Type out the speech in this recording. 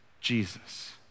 Jesus